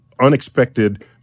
unexpected